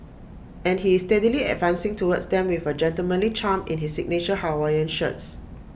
and he is steadily advancing towards them with gentlemanly charm in his signature Hawaiian shirts